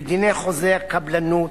בדיני חוזה הקבלנות,